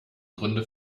gründe